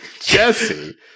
Jesse